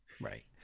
right